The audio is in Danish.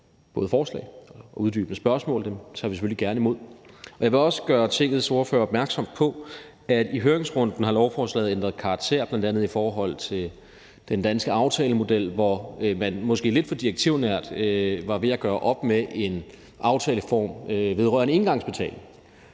både forslag og uddybende spørgsmål, og dem tager vi selvfølgelig gerne imod. Jeg vil også gøre Tingets ordførere opmærksom på, at lovforslaget i høringsrunden har ændret karakter, bl.a. i forhold til den danske aftalemodel, hvor man måske lidt for direktivnært var ved at gøre op med en aftaleform vedrørende engangsbetaling.